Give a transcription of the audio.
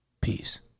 Peace